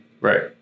Right